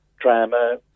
drama